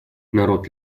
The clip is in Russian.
народ